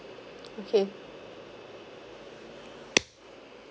okay